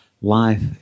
life